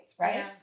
Right